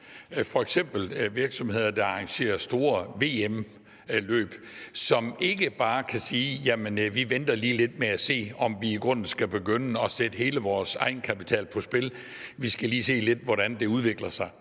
f.eks. virksomheder, der arrangerer store VM-løb, som ikke bare kan sige, at de lige venter lidt med at se, om de i grunden skal begynde at sætte hele deres egenkapital på spil, at de lige skal se lidt på, hvordan det udvikler sig?